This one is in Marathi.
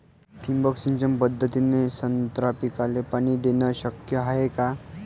ठिबक सिंचन पद्धतीने संत्रा पिकाले पाणी देणे शक्य हाये का?